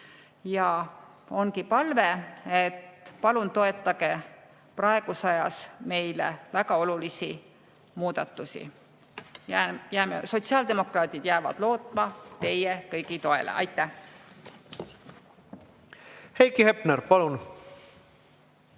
Ongi palve, et palun toetage praeguses ajas meile väga olulisi muudatusi. Sotsiaaldemokraadid jäävad lootma teie kõigi toele. Aitäh! Heiki Hepner, palun!